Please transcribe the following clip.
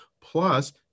plus